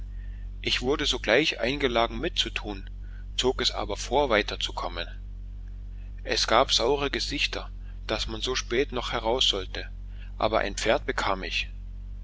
ich wurde sogleich eingeladen mitzutun zog es aber vor weiterzukommen es gab saure gesichter daß man so spät noch heraussollte aber ein pferd bekam ich